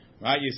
Right